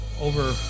over